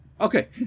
okay